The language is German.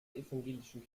evangelischen